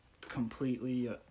completely